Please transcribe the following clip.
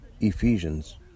Ephesians